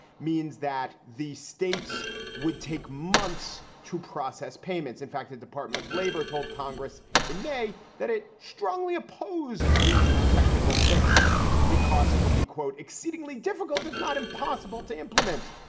means that the states would take months to process payments. in fact, the department of labor told congress in may that it strongly opposed the technical fix because it would be, quote, exceedingly difficult, if not impossible to implement.